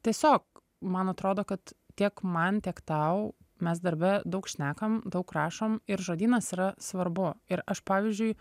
tiesiog man atrodo kad tiek man tiek tau mes darbe daug šnekam daug rašom ir žodynas yra svarbu ir aš pavyzdžiui